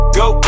go